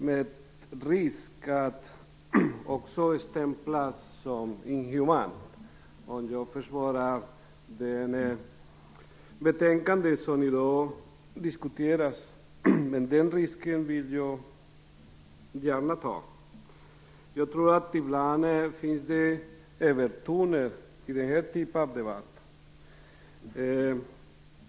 Med risk för att bli stämplad som inhuman vill jag också försvara det betänkande som i dag diskuteras, men den risken tar jag gärna. Ibland förekommer det övertoner i den här typen av debatt.